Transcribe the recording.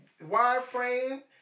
wireframe